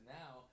now